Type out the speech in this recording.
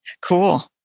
Cool